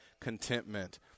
contentment